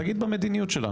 תגיד במדיניות שלה,